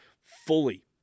fully